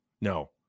No